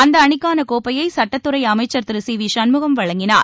அந்த அணிக்கான கோப்பையை சுட்டத்துறை அமைச்சர் திரு சி வி சண்முகம் வழங்கினார்